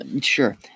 Sure